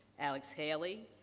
alex haley,